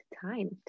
time